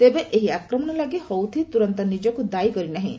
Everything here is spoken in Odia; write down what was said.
ତେବେ ଏହି ଆକ୍ରମଣ ଲାଗି ହୁତିସ୍ ତୁରନ୍ତ ନିଜକୁ ଦାୟୀ କରି ନାହିଁ